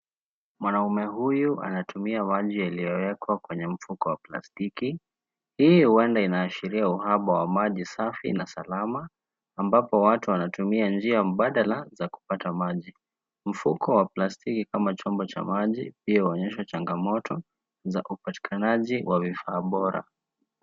Mwanaume huyu anatumia maji yaliyowekwa kwenye mfuko wa plastiki. Hii huenda inaashiria uhaba wa maji safi na salama, ambapo watu wanatumia njia mbadala za kupata maji. Mfuko wa plastiki kama chombo cha maji, pia huonyesha changamoto za upatikanaji wa vifaa bora.